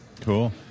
Cool